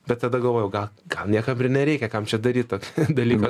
bet tada galvoju gal gal niekam ir nereikia kam čia daryt tokį dalyką